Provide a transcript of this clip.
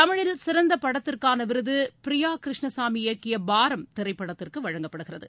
தமிழில் சிறந்த படத்திற்கான விருது பிரியா கிருஷ்ணசாமி இயக்கிய பாரம் திரைப்படத்திற்கு வழங்கப்படுகிறது